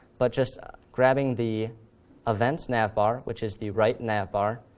but just grabbing the events navbar, which is the right navbar,